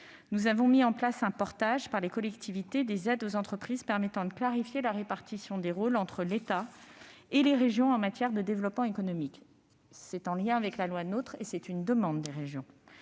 Nous avons mis en place un portage par les collectivités des aides aux entreprises, permettant de clarifier la répartition des rôles entre l'État et les régions en matière de développement économique. Cette évolution, en lien avec la loi du 7 août 2015 portant